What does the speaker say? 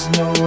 no